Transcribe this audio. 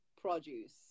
produce